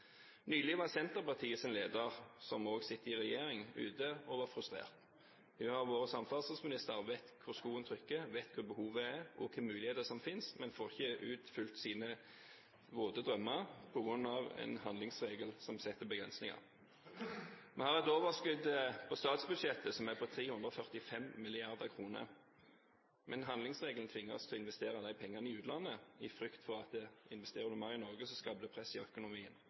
Nylig var Senterpartiets leder, som også sitter i regjering, ute og var frustrert. Hun har vært samferdselsminister og vet hvor skoen trykker, vet hvor behovet er, og hvilke muligheter som finnes, men får ikke oppfylt sine våte drømmer på grunn av en handlingsregel som setter begrensninger. Vi har et overskudd på statsbudsjettet på 345 mrd. kr, men handlingsregelen tvinger oss til å investere de pengene i utlandet, i frykt for at investering i Norge skaper press i økonomien.